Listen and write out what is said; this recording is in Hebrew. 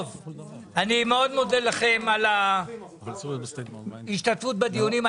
אני מאוד מודה לכם על ההשתתפות בדיונים.